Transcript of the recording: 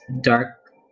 dark